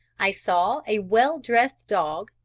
i saw a well-dressed dog,